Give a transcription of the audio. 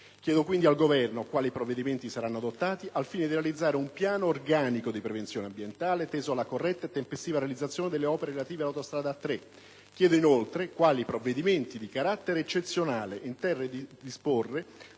Chiedo quindi al Governo quali provvedimenti saranno adottati al fine di realizzare un piano organico di prevenzione ambientale, teso alla corretta e tempestiva realizzazione delle opere relative all'autostrada A3 Salerno-Reggio Calabria; chiedo inoltre quali provvedimenti di carattere eccezionale intende adottare